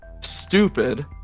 stupid